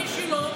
מי שלא,